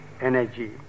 energy